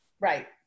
Right